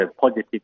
positive